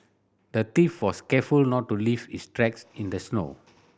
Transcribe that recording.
the thief was careful not to leave his tracks in the snow